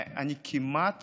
ואני כמעט